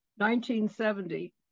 1970